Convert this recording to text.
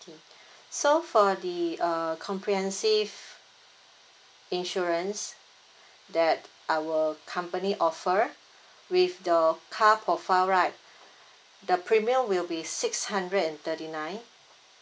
okay so for the uh comprehensive insurance that our company offer with your car profile right the premium will be six hundred and thirty nine